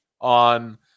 on